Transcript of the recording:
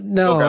no